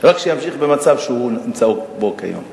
רק שימשיך במצב שהוא נמצא בו כיום.